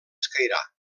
escairar